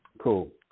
cool